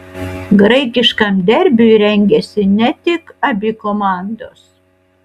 graikiškam derbiui rengiasi ne tik abi komandos